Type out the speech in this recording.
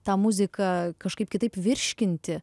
tą muziką kažkaip kitaip virškinti